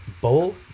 Bowl